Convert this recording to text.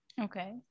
Okay